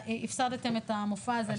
הפסדתם את המופע הזה,